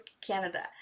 Canada